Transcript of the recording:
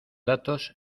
datos